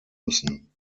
müssen